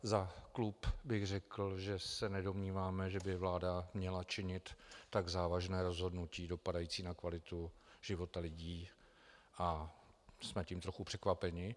Za klub bych řekl, že se nedomníváme, že by vláda měla činit tak závažné rozhodnutí dopadající na kvalitu života lidí, a jsme tím trochu překvapeni.